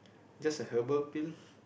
just a herbal pill